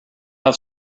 have